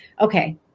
Okay